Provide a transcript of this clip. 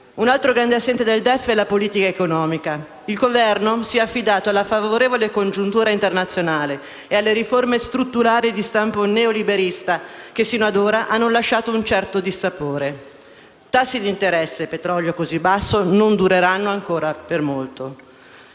Un altro grande assente nel DEF è la politica economica. Il Governo si è affidato alla favorevole congiuntura internazionale e alle riforme strutturali di stampo neoliberista che, sino ad ora, hanno lasciato un certo dissapore. Tassi d'interesse e petrolio così basso non dureranno ancora per molto.